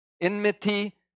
enmity